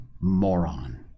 moron